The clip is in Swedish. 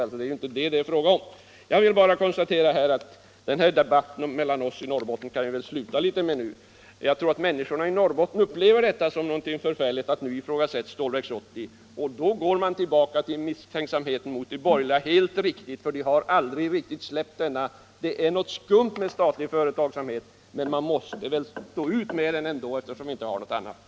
Det är ju inte detta som det är fråga om. Jag vill konstatera att den här debatten mellan oss som är från Norrbotten väl borde kunna avslutas. Jag tror att människorna i Norrbotten upplever det som någonting förfärligt att Stålverk 80 ifrågasätts, och då är de helt naturligt tillbaka i sin gamla misstänksamhet mot de borgerliga. Detta är helt rimligt, eftersom de borgerliga aldrig riktigt har släppt tanken på att det är någonting skumt med statlig företagsamhet men att man måste försöka stå ut med den ändå, eftersom man tyvärr inte har något annat val.